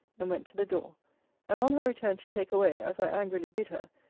and went to the door and on her return to take away, as i angrily bid her,